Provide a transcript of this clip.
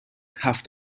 هفت